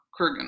Kurgan